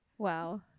wow